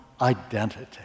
identity